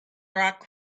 rock